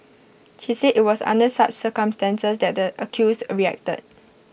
she said IT was under such circumstances that the accused reacted